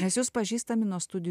nes jūs pažįstami nuo studijų